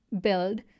build